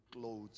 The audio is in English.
clothes